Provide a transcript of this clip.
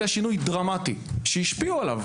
זה שינוי דרמטי, שהשפיעו עליו